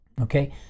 okay